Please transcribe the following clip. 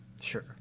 Sure